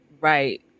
right